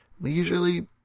leisurely